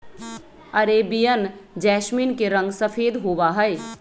Arabian jasmine के रंग सफेद होबा हई